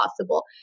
possible